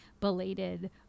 belated